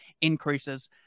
increases